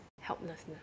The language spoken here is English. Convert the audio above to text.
helplessness